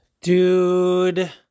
Dude